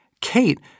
Kate